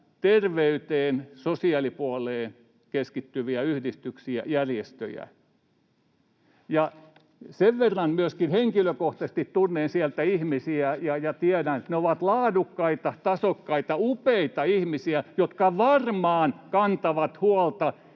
terveyteen ja sosiaalipuoleen keskittyviä yhdistyksiä ja järjestöjä. Sen verran myöskin henkilökohtaisesti tunnen sieltä ihmisiä, että tiedän, että he ovat laadukkaita, tasokkaita, upeita ihmisiä, [Mari Rantasen